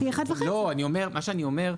מה שאני אומר,